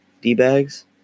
d-bags